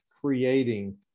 creating